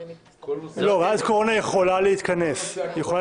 ועדת קורונה יכולה להתכנס.